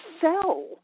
sell